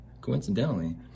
coincidentally